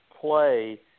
play